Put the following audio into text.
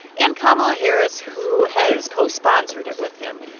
and kamala harris, who has co-sponsored it with him.